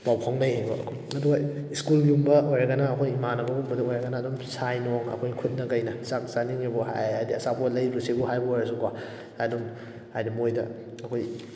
ꯄꯥꯎ ꯐꯥꯎꯅꯩꯌꯦꯕ ꯑꯗꯨꯒ ꯏꯁꯀꯨꯜꯒꯨꯝꯕ ꯑꯣꯏꯔꯒꯅ ꯑꯩꯈꯣꯏ ꯏꯃꯥꯟꯅꯕꯒꯨꯝꯕꯗ ꯑꯣꯏꯔꯒꯅ ꯑꯗꯨꯝ ꯁꯥꯏꯟ ꯅꯨꯡ ꯑꯩꯈꯣꯏ ꯈꯨꯠꯅ ꯀꯩꯅ ꯆꯥꯛ ꯆꯥꯅꯤꯡꯉꯤꯕꯣ ꯍꯥꯏꯔꯗꯤ ꯑꯆꯥꯄꯣꯠ ꯂꯩꯔꯨꯁꯤꯕꯨ ꯍꯥꯏꯕꯨ ꯑꯣꯏꯔꯁꯨꯀꯣ ꯑꯗꯨꯝ ꯍꯥꯏꯕꯗꯤ ꯃꯣꯏꯗ ꯑꯩꯈꯣꯏ